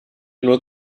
nur